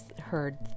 heard